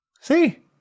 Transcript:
See